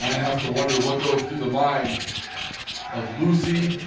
have to wonder what goes through the mind of lucy